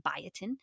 biotin